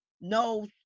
no